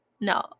no